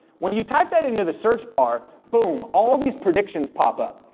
when you type that into the search bar, boom, all of these predictions pop up.